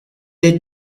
est